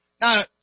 Now